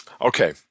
Okay